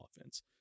offense